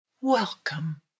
Welcome